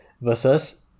versus